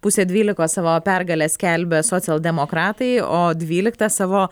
pusę dvylikos savo pergalę skelbia socialdemokratai o dvyliktą savo